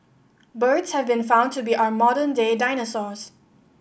birds have been found to be our modern day dinosaurs